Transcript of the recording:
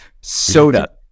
Soda